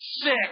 sick